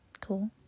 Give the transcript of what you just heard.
cool